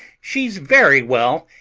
she's very well,